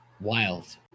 wild